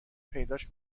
پیداش